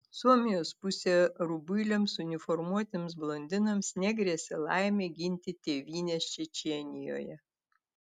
suomijos pusėje rubuiliams uniformuotiems blondinams negrėsė laimė ginti tėvynės čečėnijoje